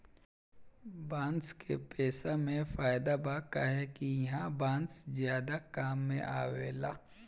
बांस के पेसा मे फायदा बा काहे कि ईहा बांस ज्यादे काम मे आवेला